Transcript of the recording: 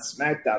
SmackDown